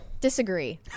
Disagree